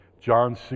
John